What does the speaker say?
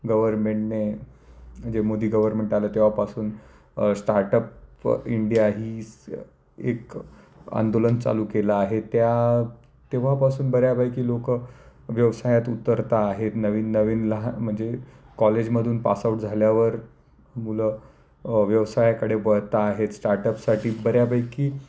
गव्हर्मेंटने जे मोदी गव्हर्मेंट आलं तेव्हापासून स्टार्टअप फ इंडिया ही स एक आंदोलन चालू केलं आहे त्या तेव्हापासून बऱ्यापैकी लोक व्यवसायात उतरत आहेत नवीन नवीन लहान म्हणजे कॉलेजमधून पासआउट झाल्यावर मुलं व्यवसायाकडे बघता आहेत स्टार्टअपसाठी बऱ्यापैकी